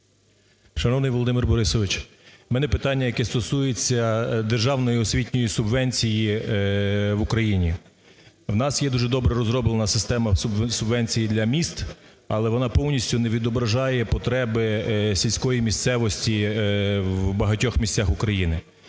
Шановний Володимир Борисович, у мене питання, яке стосується державної і освітньої субвенції в Україні. У нас є дуже добре розроблена система субвенцій для міст, але вона повністю не відображає потреби сільської місцевості в багатьох місцях України.